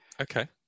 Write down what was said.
Okay